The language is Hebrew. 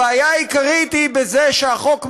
הבעיה העיקרית היא בזה שהחוק מסוכן,